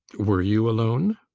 were you alone?